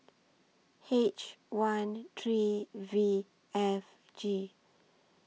H one three V F G